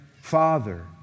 father